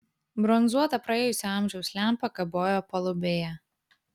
bronzuota praėjusio amžiaus lempa kabojo palubėje